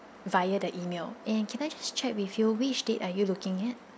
via the email and can I just check with you which date are you looking at